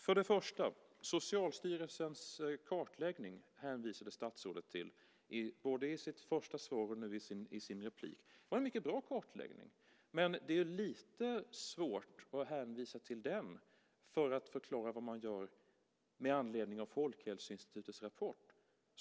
För det första hänvisade statsrådet till Socialstyrelsens kartläggning, både i sitt första svar och nu i sitt inlägg. Det var en mycket bra kartläggning, men det är lite svårt att hänvisa till den för att förklara vad man gör med anledning av Folkhälsoinstitutets rapport.